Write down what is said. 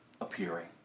appearing